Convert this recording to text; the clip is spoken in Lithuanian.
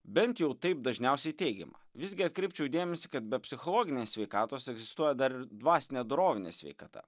bent jau taip dažniausiai teigiama visgi atkreipčiau dėmesį kad be psichologinės sveikatos egzistuoja dar ir dvasinė dorovinė sveikata